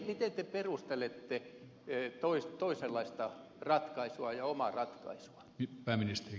miten te perustelette toisenlaista ratkaisua ja omaa ratkaisuanne